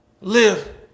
live